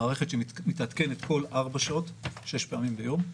זו מערכת שמתעדכנת בכל ארבע שעות, שש פעמים ביום.